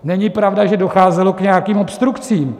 Není pravda, že docházelo k nějakým obstrukcím.